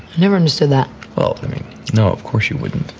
never understood that well, no, of course you wouldn't.